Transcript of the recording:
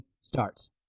starts